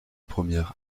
première